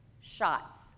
Shots